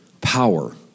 power